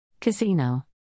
Casino